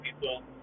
people